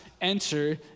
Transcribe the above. enter